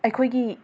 ꯑꯩꯈꯣꯏꯒꯤ